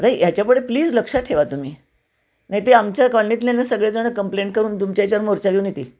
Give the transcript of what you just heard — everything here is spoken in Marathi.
नाही याच्यापुढे प्लीज लक्षात ठेवा तुम्ही नाही ते आमच्या कॉलनीतल्या ना सगळेजणं कंप्लेंट करून तुमच्या याच्यावर मोर्चा घेऊन येतील